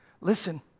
Listen